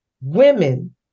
women